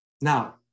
Now